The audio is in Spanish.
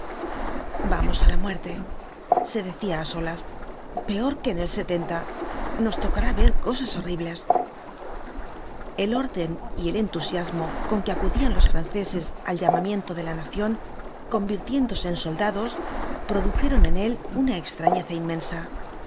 vamos á la muerte se decía á solas peor que en el nos tocará ver cosas horribles el orden y el entusiasmo con que acudían los franceses al llamamiento de la nación convirtiéndose en soldados produjeron en él una extrañeza inmensa